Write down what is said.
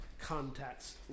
contacts